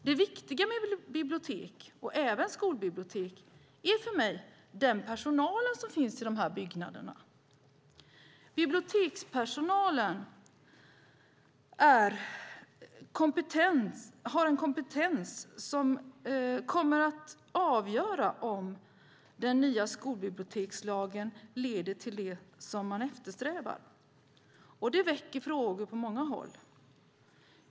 Det viktiga med bibliotek, även skolbibliotek, är för mig den personal som finns i de byggnaderna. Bibliotekspersonalens kompetens kommer att avgöra om den nya skolbibliotekslagen leder till det som eftersträvas. Detta väcker frågor på många håll.